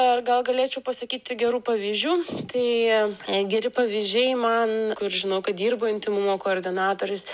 ar gal galėčiau pasakyti gerų pavyzdžių tai geri pavyzdžiai man kur žinau kad dirbo intymumo koordinatorius